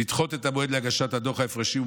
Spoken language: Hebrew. לדחות את המועד להגשת דוח ההפרשים,